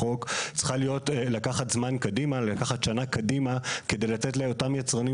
כמי שקיבלתי הרבה פרסים מהגלובוס הירוק